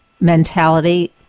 mentality